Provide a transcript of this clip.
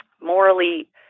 morally